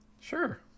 Sure